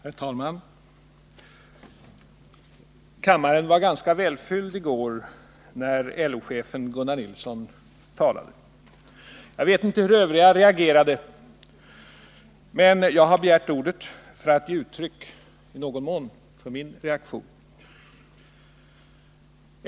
Herr talman! Kammaren var ganska välfylld i går, när LO-chefen Gunnar Nilsson talade. Jag vet inte hur övriga reagerade, men jag har begärt ordet för att i någon mån ge uttryck åt min reaktion.